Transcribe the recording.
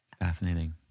Fascinating